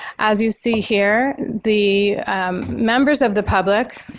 as you see here, the members of the public.